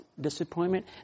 disappointment